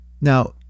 Now